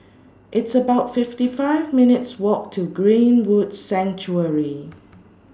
It's about fifty five minutes' Walk to Greenwood Sanctuary